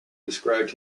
described